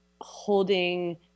holding